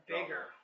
Bigger